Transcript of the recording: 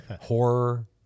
horror